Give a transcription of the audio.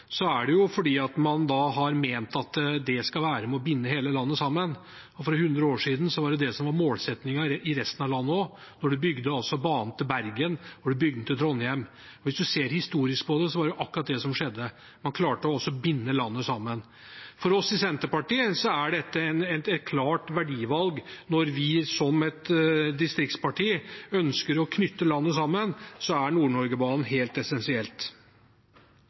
er det fordi man har ment at det skal være med og binde hele landet sammen. For hundre år siden var det det som var målsettingen i resten av landet også da man bygde bane til Bergen og til Trondheim. Hvis man ser historisk på det, var det akkurat det som skjedde. Man klarte å binde landet sammen. For oss i Senterpartiet er dette et klart verdivalg. Når vi som distriktsparti ønsker å knytte landet sammen, er Nord-Norge-banen helt